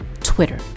Twitter